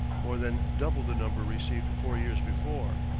more than double the number received four years before.